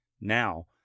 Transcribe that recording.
Now